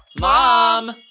Mom